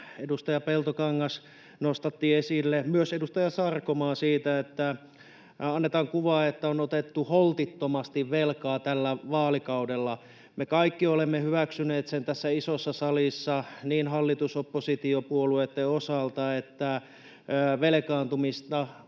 Edustaja Peltokangas nostatti esille — myös edustaja Sarkomaa — sen, että annetaan kuva, että on otettu holtittomasti velkaa tällä vaalikaudella. Me kaikki olemme hyväksyneet sen tässä isossa salissa hallitus- ja oppositiopuolueitten osalta, että velkaantumista on